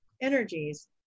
energies